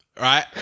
right